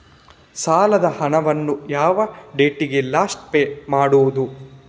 ಸಾಲದ ಹಣವನ್ನು ಯಾವ ಡೇಟಿಗೆ ಲಾಸ್ಟ್ ಪೇ ಮಾಡುವುದು?